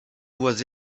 voix